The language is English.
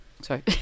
Sorry